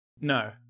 no